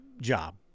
job